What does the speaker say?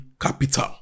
capital